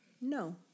No